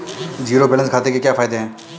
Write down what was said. Zero balance खाते के क्या फायदे हैं?